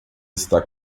está